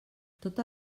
tota